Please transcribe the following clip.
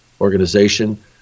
organization